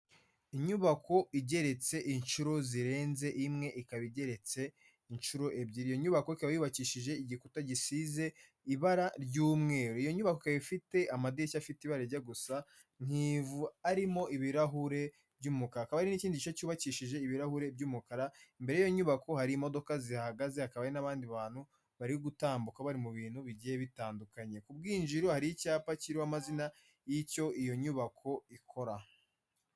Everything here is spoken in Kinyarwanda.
Inyubako igeretse inshuro zirenze imwe, ikaba igeretse inshuro ebyiri, iyo nyubako ikaba yubakishije igikuta gisize ibara ry'umweru, iyo nyubako ikaba ifite amadirishya afite ibara gusa nk'ivu arimo ibirahure by'umukara, hakaba hari n'ikindi gice cyubakishije ibirahuri by'umukara, imbere y'iyo nyubako hari imodoka zihagaze, hakaba hari n'abandi bantu bari gutambuka bari mu bintu bigiye bitandukanye, ku bwinjiriro hari icyapa kiriho amazina y'icyo iyo nyubako ikora.